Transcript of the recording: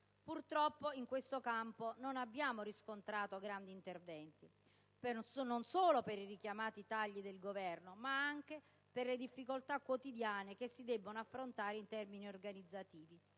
Purtroppo in questo campo non abbiamo riscontrato grandi interventi, non solo per i richiamati tagli del Governo, ma anche per le difficoltà quotidiane che si debbono affrontare in termini organizzativi.